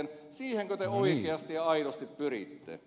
siihenkö te oikeasti ja aidosti pyritte